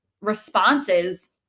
responses